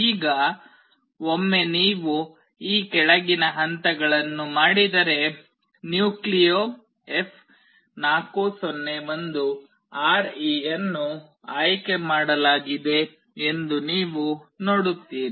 ಈಗ ಒಮ್ಮೆ ನೀವು ಈ ಕೆಳಗಿನ ಹಂತಗಳನ್ನು ಮಾಡಿದರೆ ನ್ಯೂಕ್ಲಿಯೊ F401RE ಅನ್ನು ಆಯ್ಕೆ ಮಾಡಲಾಗಿದೆ ಎಂದು ನೀವು ನೋಡುತ್ತೀರಿ